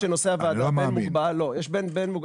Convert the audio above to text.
לא, יש הבדל.